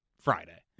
Friday